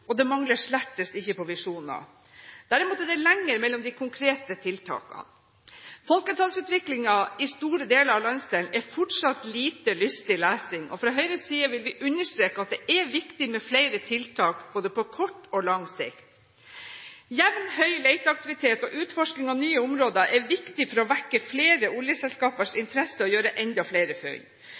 og det mangler slett ikke på visjoner. Derimot er det lenger mellom de konkrete tiltakene. Folketallsutviklingen i store deler av landsdelen er fortsatt lite lystig lesing, og fra Høyres side vil vi understreke at det er viktig med flere tiltak både på kort og på lang sikt. Jevn, høy leteaktivitet og utforsking av nye områder er viktig for å vekke flere oljeselskapers interesse og gjøre enda flere funn.